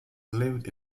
lived